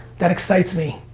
that excites me,